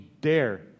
dare